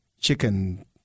chicken